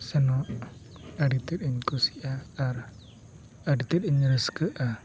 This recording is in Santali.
ᱥᱮᱱᱚᱜ ᱟᱹᱰᱤ ᱛᱮᱫ ᱤᱧ ᱠᱩᱥᱤᱭᱟᱜᱼᱟ ᱟᱨ ᱟᱹᱰᱤ ᱛᱮᱫ ᱤᱧ ᱨᱟᱹᱥᱠᱟᱹᱜᱼᱟ